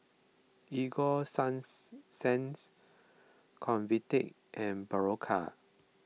Ego Convatec and Berocca